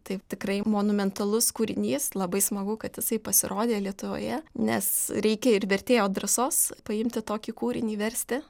tai tikrai monumentalus kūrinys labai smagu kad jisai pasirodė lietuvoje nes reikia ir vertėjo drąsos paimti tokį kūrinį versti